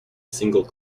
single